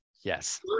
Yes